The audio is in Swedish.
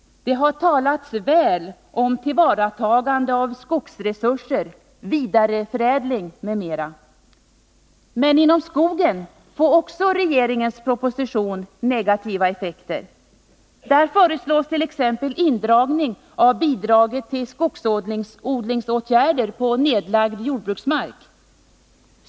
Det har talats väl om tillvaratagande av skogsresurser, vidareförädling m.m., men också inom skogen får regeringens propositionen negativa effekter. Där föreslås t.ex. indragning av bidraget till skogsodlingsåtgärder på nedlagd jordbruksmark.